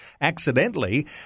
accidentally